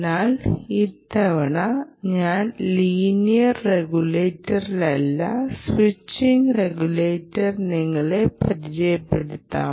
എന്നാൽ ഇത്തവണ ഞാൻ ലീനിയർ റെഗുലേറ്ററല്ല സ്വിച്ചിംഗ് റെഗുലേറ്റർ നിങ്ങളെ പരിചയപ്പെടുത്താം